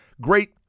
great